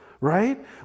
Right